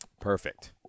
Perfect